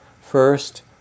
first